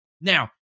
Now